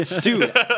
Dude